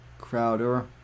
crowder